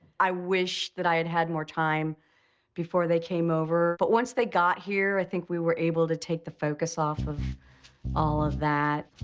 i wish that i had had more time before they came over, but once they got here, i think we were able to take the focus off of all of that.